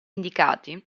indicati